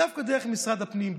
דווקא דרך משרד הפנים,